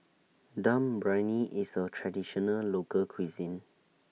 Dum Briyani IS A Traditional Local Cuisine